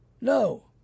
No